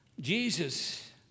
Jesus